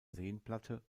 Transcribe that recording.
seenplatte